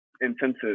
intensive